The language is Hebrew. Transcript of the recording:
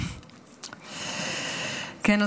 כן,